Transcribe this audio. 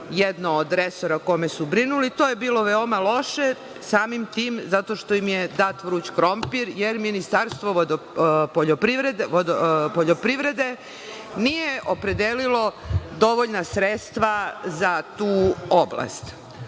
jedno od resora o kome su brinuli. To je bilo veoma loše, samim tim zato što im je dat vruć krompir, jer Ministarstvo poljoprivrede nije opredelilo dovoljna sredstva za tu oblast.